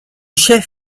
chef